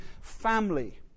family